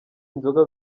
inzoga